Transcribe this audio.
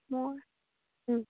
মই